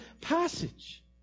passage